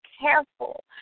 careful